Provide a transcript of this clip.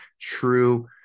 true